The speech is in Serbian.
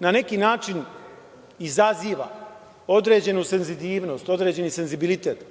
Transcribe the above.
na neki način, izaziva određenu senzitivnost, određeni senzibilitet